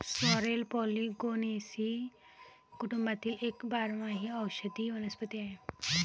sorrel Polygonaceae कुटुंबातील एक बारमाही औषधी वनस्पती आहे